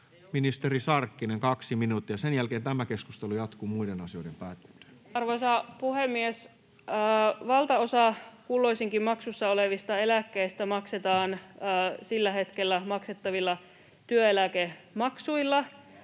ministeri Sarkkinen, 2 minuuttia. — Sen jälkeen tämä keskustelu jatkuu muiden asioiden päätyttyä. Arvoisa puhemies! Valtaosa kulloinkin maksussa olevista eläkkeistä maksetaan sillä hetkellä maksettavilla työeläkemaksuilla.